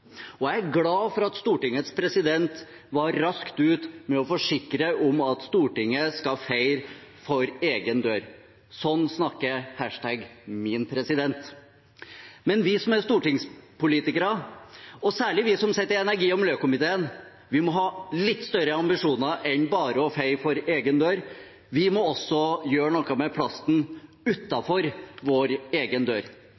mest. Jeg er glad for at Stortingets president var raskt ute med å forsikre om at Stortinget skal feie for egen dør. Sånn snakker #minpresident. Men vi som er stortingspolitikere, og særlig vi som sitter i energi- og miljøkomiteen, må ha litt større ambisjoner enn bare å feie for egen dør. Vi må også gjøre noe med plasten utenfor vår egen dør.